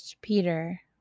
Peter